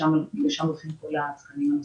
לשם הולכים כל התקנים הנוספים.